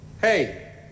hey